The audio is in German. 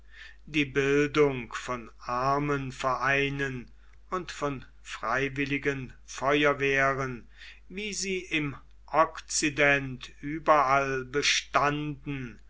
die bildung von armenvereinen und von freiwilligen feuerwehren wie sie im okzident überall bestanden